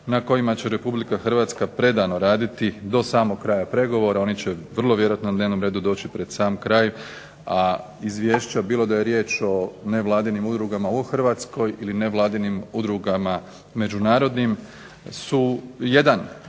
na kojima će Republika Hrvatska predano raditi do samog kraja pregovora, oni će vjerojatno na dnevnom redu doći pred sam kraj, a izvješća bilo da je riječ o nevladinim udrugama u Hrvatskoj ili nevladinim udrugama međunarodnim, su jedan